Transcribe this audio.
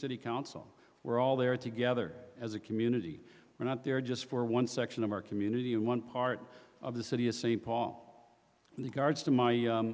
city council we're all there together as a community we're not there just for one section of our community and one part of the city of st paul and the guards to my